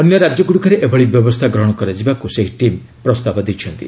ଅନ୍ୟ ରାଜ୍ୟଗୁଡ଼ିକରେ ଏଭଳି ବ୍ୟବସ୍ଥା ଗ୍ରହଣ କରାଯିବାକୁ ସେହି ଟିମ୍ ପ୍ରସ୍ତାବ ଦେଇଛନ୍ତି